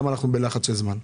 למה אנחנו בלחץ של זמן?